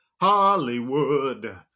Hollywood